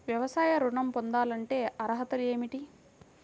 వ్యవసాయ ఋణం పొందాలంటే అర్హతలు ఏమిటి?